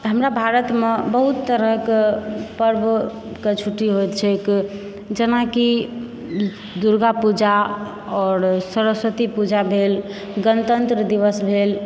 हमरा भारतमे बहुत तरहके पर्वके छुट्टी होयत छैक जेनाकि दुर्गापूजा आओर सरस्वती पूजा भेल गणतंत्र दिवस भेल